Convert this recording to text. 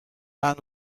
and